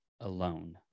alone